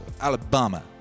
Alabama